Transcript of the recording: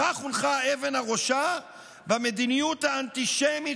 בכך הונחה אבן הראשה למדיניות האנטישמית